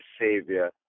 Savior